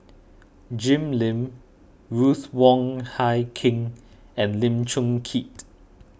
Jim Lim Ruth Wong Hie King and Lim Chong Keat